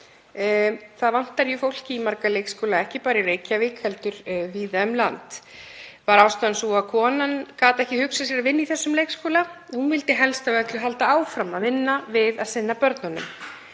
Það vantar jú fólk í marga leikskóla, ekki bara í Reykjavík heldur víða um land. Var ástæðan sú að konan gæti ekki hugsað sér að vinna í þessum leikskóla? Hún vildi helst af öllu halda áfram að vinna við að sinna börnunum.